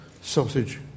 sausage